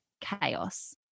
chaos